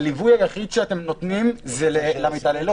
הליווי היחידה שאתם נותנים זה למתעללות.